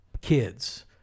kids